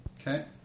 Okay